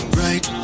right